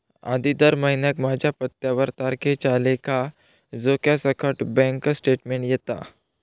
आधी दर महिन्याक माझ्या पत्त्यावर तारखेच्या लेखा जोख्यासकट बॅन्क स्टेटमेंट येता